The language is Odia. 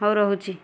ହଉ ରହୁଛି